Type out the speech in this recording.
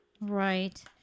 Right